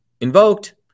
invoked